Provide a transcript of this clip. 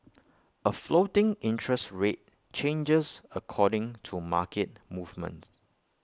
A floating interest rate changes according to market movements